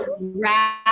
wrap